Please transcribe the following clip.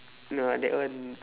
no ah that one